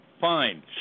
fine